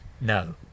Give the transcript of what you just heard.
no